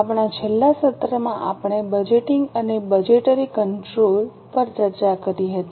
આપણા છેલ્લા સત્રમાં આપણે બજેટિંગ અને બજેટરી કંટ્રોલ પર ચર્ચા શરૂ કરી હતી